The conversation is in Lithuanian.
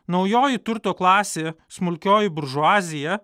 naujoji turto klasė smulkioji buržuazija